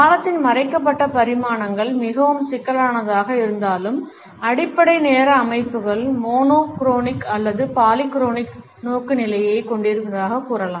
காலத்தின் மறைக்கப்பட்ட பரிமாணங்கள் மிகவும் சிக்கலானதாக இருந்தாலும் அடிப்படை நேர அமைப்புகள் மோனோ குரோனிக் அல்லது பாலிக்ரோனிக் நோக்குநிலைகளைக் கொண்டிருப்பதாகக் கூறலாம்